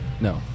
No